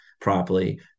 properly